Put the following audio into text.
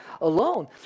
alone